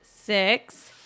six